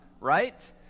right